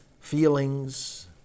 feelings